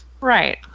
Right